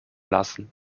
lassen